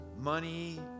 money